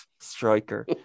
Striker